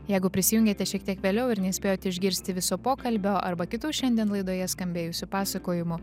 jeigu prisijungėte šiek tiek vėliau ir nespėjot išgirsti viso pokalbio arba kitų šiandien laidoje skambėjusių pasakojimų